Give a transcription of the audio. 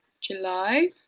July